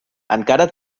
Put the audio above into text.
encara